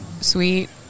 sweet